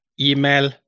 email